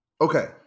okay